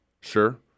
Sure